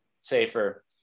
safer